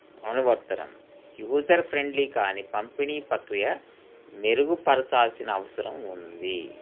అనువర్తనం user friendly కానీ పంపిణీ ప్రక్రియ మెరుగుపరచాల్సిన అవసరం ఉంది